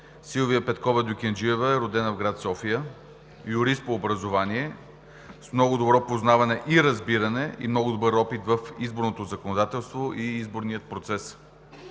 Силва Петкова Дюкенджиева е родена в град София. Юрист по образование, с много добро познаване, разбиране и много добър опит в изборното законодателство и изборния процес.